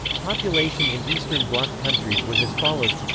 population in eastern bloc countries was as follows